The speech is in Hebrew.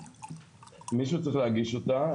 מישהו צריך להגיש אותה.